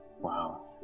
Wow